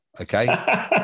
okay